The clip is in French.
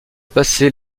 passé